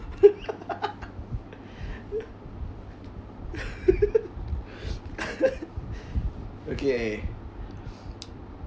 okay